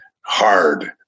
hard